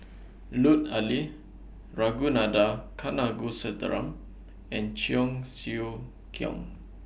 Lut Ali Ragunathar Kanagasuntheram and Cheong Siew Keong